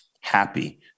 happy